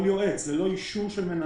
אפילו ללא אישור של מנהל,